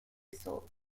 sold